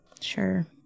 Sure